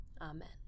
Amen